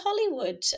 Hollywood